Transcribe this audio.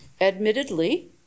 Admittedly